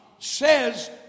says